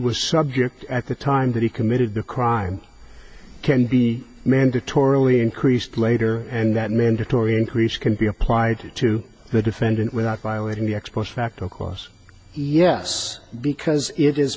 was subject at the time that he committed the crime can be mandatorily increased later and that mandatory increase can be applied to the defendant without violating the ex post facto clause yes because it is